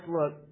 look